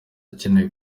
akenewe